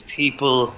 people